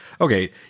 Okay